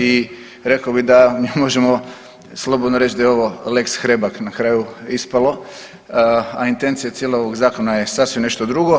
I rekao bih da mi možemo slobodno reći da je ovo lex Hrebak na kraju ispalo, a intencija cijelog ovog zakona je sasvim nešto drugo.